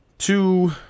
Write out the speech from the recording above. Two